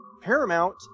Paramount